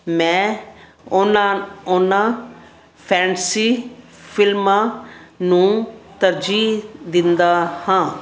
ਮੈਂ ਉਹਨਾਂ ਉਹਨਾਂ ਫੈਂਸੀ ਫਿਲਮਾਂ ਨੂੰ ਤਰਜ਼ੀਹ ਦਿੰਦਾ ਹਾਂ